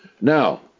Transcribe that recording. Now